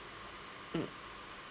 mm